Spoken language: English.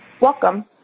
Welcome